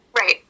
right